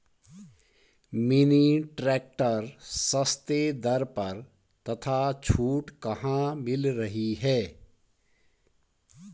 Mini tractor सस्ते दर पर तथा छूट कहाँ मिल रही है?